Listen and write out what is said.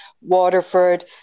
Waterford